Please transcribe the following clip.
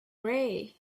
ray